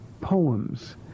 poems